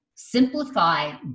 simplify